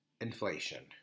Inflation